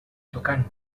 tocant